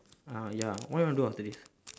ah ya what you want to do after this